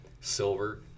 silver